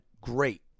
great